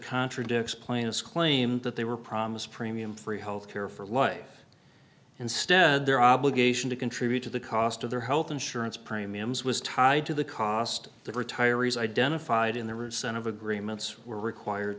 contradicts plaintiff's claim that they were promised premium free healthcare for life instead their obligation to contribute to the cost of their health insurance premiums was tied to the cost the retirees identified in the recent of agreements we're required